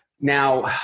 Now